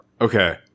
Okay